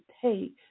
take